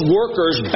workers